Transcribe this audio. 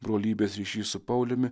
brolybės ryšys su pauliumi